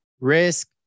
risk